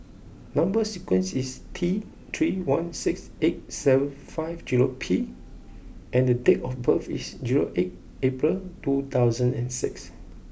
number sequence is T three one six eight seven five zero P and date of birth is zero eight April two thousand and six